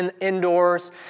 indoors